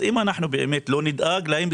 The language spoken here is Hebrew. אם אנחנו באמת לא נדאג להם,